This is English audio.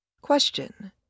Question